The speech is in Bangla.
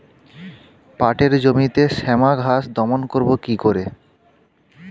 পাটের জমিতে শ্যামা ঘাস দমন করবো কি করে?